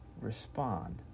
respond